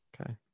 okay